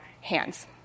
hands